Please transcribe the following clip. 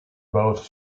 both